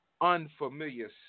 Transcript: Unfamiliar